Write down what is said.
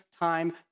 time